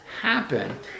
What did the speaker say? happen